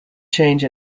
change